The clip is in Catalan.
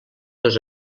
dos